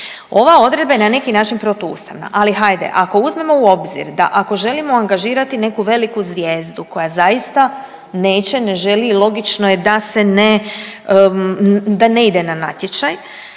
Ova odredba je na neki način protuustavna, ali hajde ako uzmemo u obzir da ako želimo angažirati neku veliku zvijezdu koja zaista neće, ne želi i logično je da se, da ne ide na natječaj,